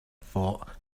for